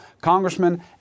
congressman